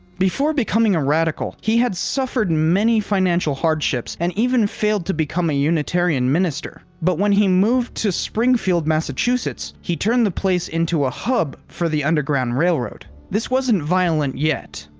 before becoming a radical, he had suffered many financial hardships, and even failed to become a unitarian minister. but when he moved to springfield, massachusetts, he turned the place into a hub for the underground railroad. this wasn't violent yet.